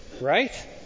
Right